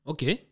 Okay